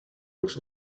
looks